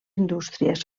indústries